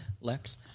Lex